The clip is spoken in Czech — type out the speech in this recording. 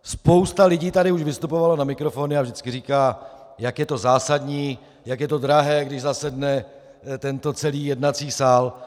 Spousta lidí už tady vystupovala na mikrofon a vždycky říká, jak je to zásadní, jak je to drahé, když zasedne tento celý jednací sál.